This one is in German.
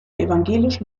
evangelisch